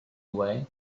away